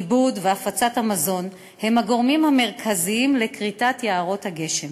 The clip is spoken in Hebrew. עיבוד והפצה של מזון הם הגורמים המרכזיים לכריתת יערות הגשם,